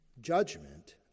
Judgment